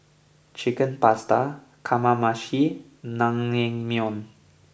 Chicken Pasta Kamameshi Naengmyeon